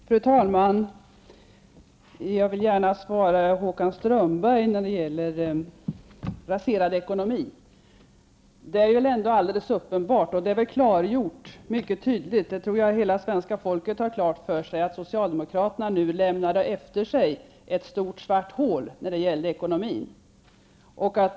Fru talman! När det gäller frågan om raserad ekonomi vill jag gärna svara Håkan Strömberg. Det är väl alldeles uppenbart och tydliggjort, och det tror jag att hela svenska folket har mycket klart för sig, att socialdemokraterna lämnade efter sig ett stort svart hål inom ekonomin.